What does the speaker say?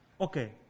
Okay